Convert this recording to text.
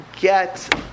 get